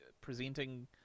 presenting